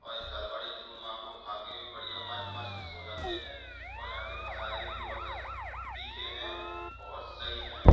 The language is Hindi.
और इस दाल बाटी चूरमा को खा के बढ़ियाँ मस्त मस्त सो जाते हैं और यहाँ के मसाले भी बहुत अच्छे तीखे हैं और सही हैं